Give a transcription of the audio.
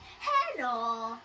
Hello